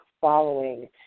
following